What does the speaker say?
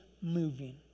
moving